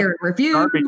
review